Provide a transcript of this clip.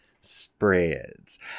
spreads